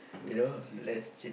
less chips and